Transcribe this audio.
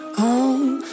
home